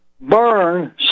burn